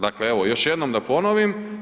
Dakle, evo, još jednom da ponovim.